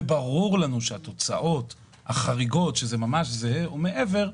וברור לנו שהתוצאות החריגות שזה ממש זהה או מעבר,